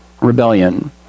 rebellion